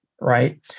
Right